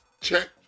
Check